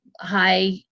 high